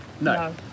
No